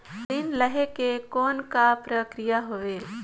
ऋण लहे के कौन का प्रक्रिया होयल?